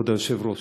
כבוד היושב-ראש: